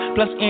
Plus